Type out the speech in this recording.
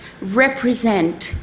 represent